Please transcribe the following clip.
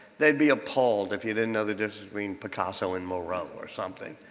they'd be appalled if you didn't know the difference between picasso and maroe or something.